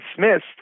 dismissed